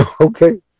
Okay